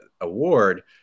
award